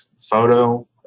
photo